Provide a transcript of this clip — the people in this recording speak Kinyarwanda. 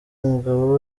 umugabo